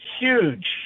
huge